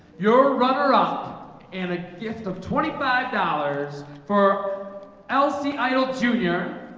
your runner-up and a gift of twenty five dollars for lc idol jr.